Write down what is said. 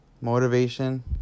Motivation